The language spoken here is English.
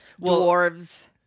dwarves